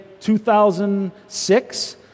2006